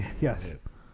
Yes